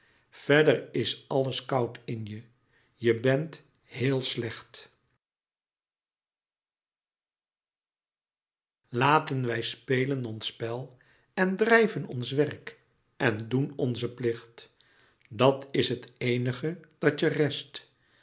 verder is alles koud in je je bent heel slecht laten wij spelen ons spel en drijven ons werk en doen onzen plicht dat is het eenige dat je rest